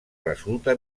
resulta